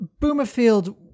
Boomerfield